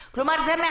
הם החליטו בעצמם.